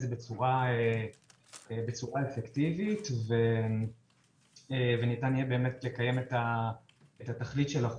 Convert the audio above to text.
זה בצורה אפקטיבית וניתן יהיה לקיים את התכלית של החוק.